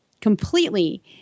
completely